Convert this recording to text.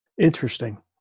Interesting